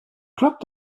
klappt